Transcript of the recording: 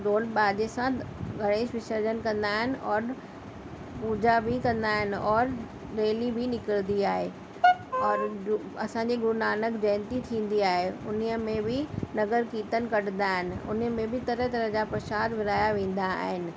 ढोल बाजे सां गणेश विसर्जन कंदा आहिनि औति पूजा बि कंदा आहिनि औरि रेली बि निकिरंदी आहे औरि असांजी गुरुनानक जयंती बि थींदी आहे उन में बि नगर कीर्तन कढंदा आहिनि उनमें बि तरह तरह जा प्रशाद विराया वेंदा आहिनि